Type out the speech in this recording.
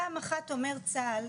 פעם אחת אומר צה"ל,